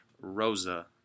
Rosa